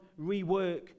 rework